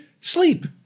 sleep